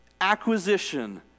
acquisition